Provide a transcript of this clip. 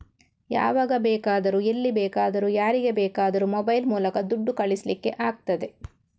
ಯಾವಾಗ ಬೇಕಾದ್ರೂ ಎಲ್ಲಿ ಬೇಕಾದ್ರೂ ಯಾರಿಗೆ ಬೇಕಾದ್ರೂ ಮೊಬೈಲ್ ಮೂಲಕ ದುಡ್ಡು ಕಳಿಸ್ಲಿಕ್ಕೆ ಆಗ್ತದೆ